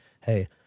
Hey